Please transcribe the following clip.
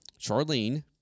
charlene